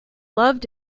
loved